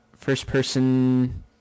first-person